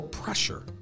pressure